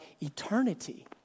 eternity